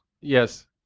Yes